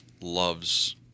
loves